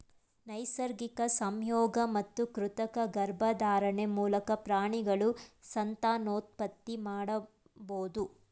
ನೈಸರ್ಗಿಕ ಸಂಯೋಗ ಮತ್ತು ಕೃತಕ ಗರ್ಭಧಾರಣೆ ಮೂಲಕ ಪ್ರಾಣಿಗಳು ಸಂತಾನೋತ್ಪತ್ತಿ ಮಾಡಬೋದು